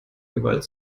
gewalt